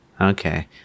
Okay